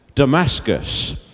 Damascus